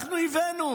שאנחנו הבאנו,